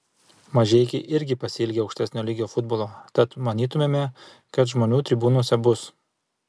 mažeikiai irgi pasiilgę aukštesnio lygio futbolo tad manytumėme kad žmonių tribūnose bus